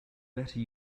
better